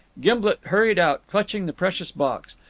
gimblet hurried out, clutching the precious box.